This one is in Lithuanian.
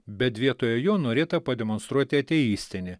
bet vietoje jo norėta pademonstruoti ateistinį